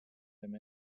them